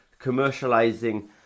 commercializing